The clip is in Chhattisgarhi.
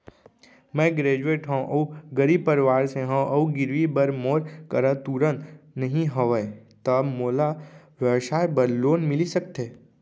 मैं ग्रेजुएट हव अऊ गरीब परवार से हव अऊ गिरवी बर मोर करा तुरंत नहीं हवय त मोला व्यवसाय बर लोन मिलिस सकथे?